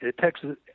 Texas